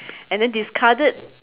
and then discarded